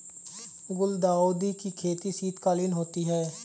गुलदाउदी की खेती शीतकालीन होती है